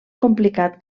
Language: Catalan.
complicat